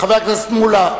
חבר הכנסת מולה,